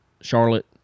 charlotte